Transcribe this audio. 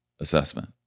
assessment